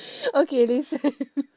okay listen